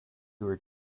were